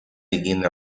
begin